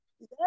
Yes